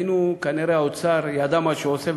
כנראה האוצר ידע מה הוא עושה,